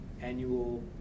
annual